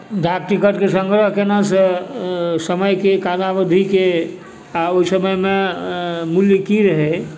डाक टिकटके सङ्ग्रह केलासँ समयके कलावधिके आओर ओहि समयमे मूल्य की रहै